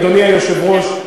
אדוני היושב-ראש,